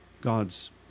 God's